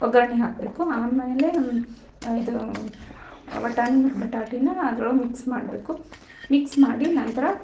ಒಗ್ಗರಣೆ ಹಾಕಬೇಕು ಆಮೇಲೇ ಇದು ಬಟಾಣಿ ಮತ್ತು ಬಟಾಟೆನಾ ಅದ್ರೊಳಗೆ ಮಿಕ್ಸ್ ಮಾಡಬೇಕು ಮಿಕ್ಸ್ ಮಾಡಿ ನಂತರ